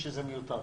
שזה מיותר.